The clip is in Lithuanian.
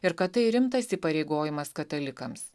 ir kad tai rimtas įpareigojimas katalikams